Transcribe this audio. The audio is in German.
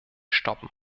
stoppen